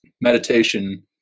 meditation